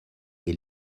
est